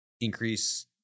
increase